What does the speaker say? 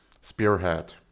spearhead